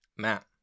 Matt